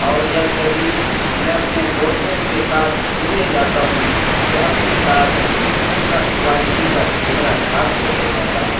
اور جب کبھی میں اپنے دوستوں کے ساتھ گھومنے جاتا ہوں تو اپنے ساتھ عمدہ کوالٹی کا کیمرہ ساتھ لے کر جاتا ہوں